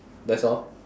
that's all